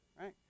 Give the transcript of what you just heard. right